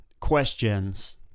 questions